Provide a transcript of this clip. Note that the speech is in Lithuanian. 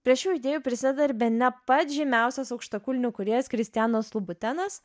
prie šių idėjų prisideda ir bene pats žymiausias aukštakulnių kūrėjas kristianas lubutenas